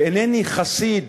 ואינני חסיד